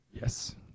Yes